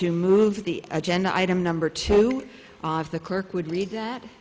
to move the agenda item number two off the clerk would read that